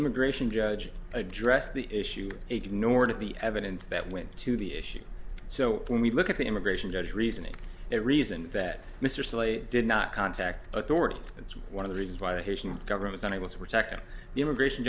immigration judge addressed the issue ignored the evidence that went to the issue so when we look at the immigration judge reasoning that reason that mr slate did not contact authorities that's one of the reasons why the haitian government able to protect the immigration